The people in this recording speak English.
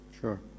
Sure